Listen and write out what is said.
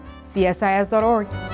CSIS.org